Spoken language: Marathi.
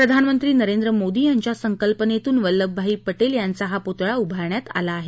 प्रधानमंत्री नरेंद्र मोदी यांच्या संकल्पनेतून वल्लभभाई पटेल यांचा हा पुतळा उभारण्यात आला आहे